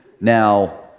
Now